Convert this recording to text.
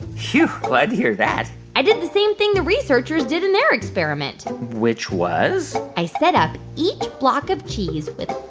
whew. glad to hear that i did the same thing the researchers did in their experiment which was? i set up each block of cheese with